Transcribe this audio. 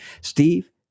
Steve